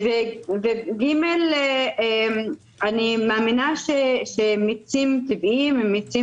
ומי שמונע מאזרח ישראל להתחתן בישראל ומאלץ אותו